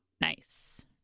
Nice